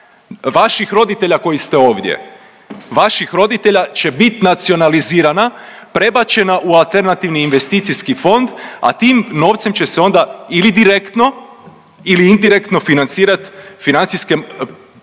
vaših roditelja koji ste ovdje, vaših roditelja će bit nacionalizirana, prebačena u alternativni investicijski fond, a tim novcem će se onda ili direktno ili indirektno financirat